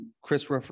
Chris